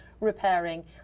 repairing